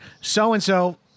so-and-so